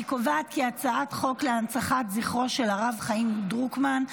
אני קובעת כי הצעת חוק להנצחת זכרו של הרב חיים דרוקמן,